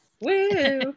Woo